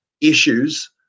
issues